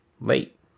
late